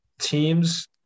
teams –